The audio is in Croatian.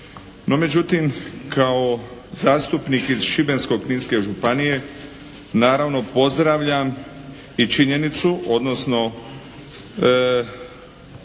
međutim kao zastupnik iz Šibensko-kninske županije naravno pozdravljam i činjenicu, odnosno